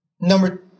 Number